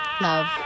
Love